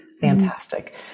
fantastic